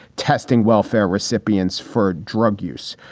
testing welfare recipients for drug use.